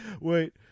Wait